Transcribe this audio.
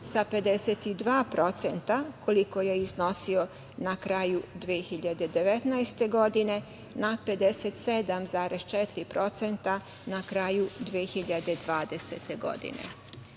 sa 52%, koliko je iznosio na kraju 2019. godine, na 57,4% na kraju 2020.